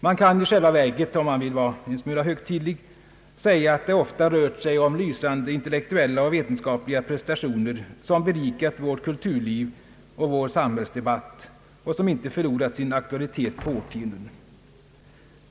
Man kan i själva verket, om man vill vara en smula högtidlig, säga att avhandlingarna ofta varit lysande intellektuella och vetenskapliga prestationer, som berikat vårt kulturliv och vår samhällsdebatt och som inte förlorat sin aktualitet på årtionden.